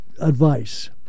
advice